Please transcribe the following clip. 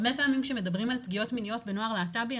הרבה פעמים שמדברים על פגיעות מיניות בנוער להט"בי,